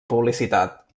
publicitat